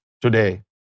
today